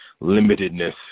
limitedness